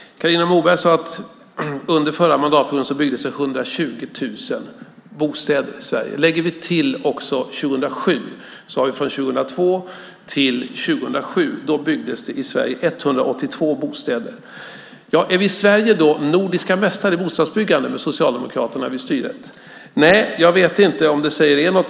Carina Moberg sade att det under den förra mandatperioden byggdes 120 000 bostäder i Sverige. Lägger vi till också 2007 byggdes det 2002-2007 i Sverige 182 000 bostäder. Är vi i Sverige nordiska mästare i bostadsbyggande med Socialdemokraterna vid styret? Nej, jag vet inte om det säger er något.